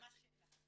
שאלה.